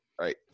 Right